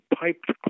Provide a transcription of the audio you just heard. piped